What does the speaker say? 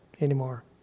anymore